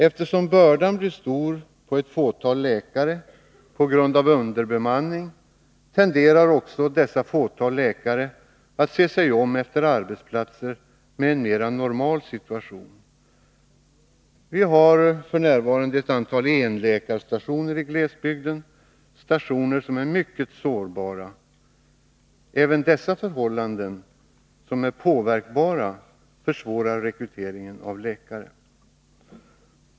Eftersom bördan blir stor på ett fåtal läkare på grund av underbemanningen tenderar också detta fåtal läkare att se sig om efter arbetsplatser med en mera normal situation. Vi har f. n. ett antal enläkarstationer i glesbygden — stationer som är mycket sårbara. Även dessa förhållanden, som är påverkbara, försvårar rekryteringen av läkare.